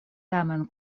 tamen